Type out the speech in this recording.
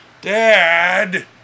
Dad